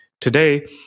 Today